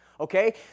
Okay